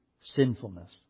sinfulness